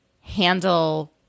handle